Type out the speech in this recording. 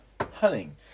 Hunting